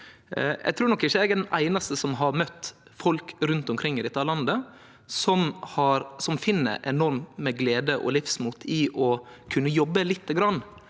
Eg trur nok ikkje eg er den ein einaste som har møtt folk rundt omkring i dette landet som finn enormt med glede og livsmot i å kunne jobbe lite